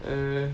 err